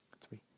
three